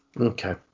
Okay